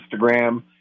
Instagram